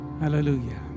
Hallelujah